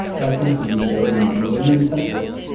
that tends to be very memory-intensive,